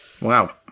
Wow